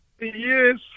yes